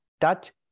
touch